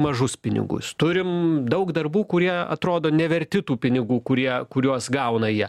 mažus pinigus turim daug darbų kurie atrodo neverti tų pinigų kurie kuriuos gauna jie